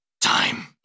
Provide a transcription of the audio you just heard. Time